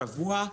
השבוע,